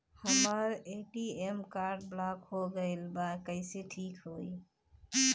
हमर ATM card block हो गईल बा ऊ कईसे ठिक होई?